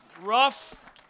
rough